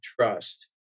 trust